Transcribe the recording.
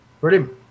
Brilliant